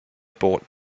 bought